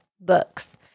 books